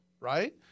right